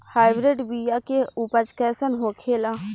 Hybrid बीया के उपज कैसन होखे ला?